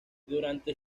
durante